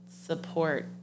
support